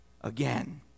again